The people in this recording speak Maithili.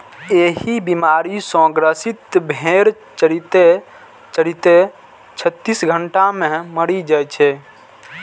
एहि बीमारी सं ग्रसित भेड़ चरिते चरिते छत्तीस घंटा मे मरि जाइ छै